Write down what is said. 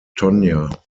tonya